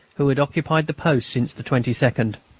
who had occupied the post since the twenty second.